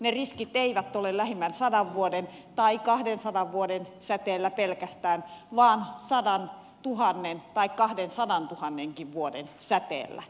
ne riskit eivät ole lähimmän sadan vuoden tai kahdensadan vuoden säteellä pelkästään vaan sadantuhannen tai kahdenkinsadantuhannen vuoden säteellä